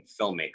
filmmaker